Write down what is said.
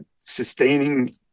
sustaining